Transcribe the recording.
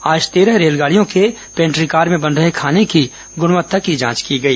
आज तेरह रेलगाड़ियों के पेंट्रीकार में बन रहे खाने की गुणवत्ता की जांच की गई